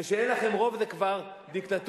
וכשאין לכם רוב זה כבר דיקטטורי.